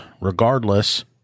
regardless